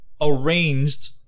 arranged